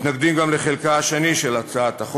אנחנו מתנגדים גם לחלקה השני של הצעת החוק,